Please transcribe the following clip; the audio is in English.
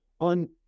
on